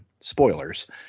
spoilers